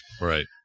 right